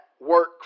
work